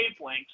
wavelengths